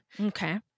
Okay